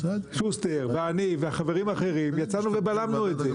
שוסטר ואני והחברים האחרים יצאנו ובלמנו את זה,